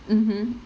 mmhmm